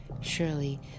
Surely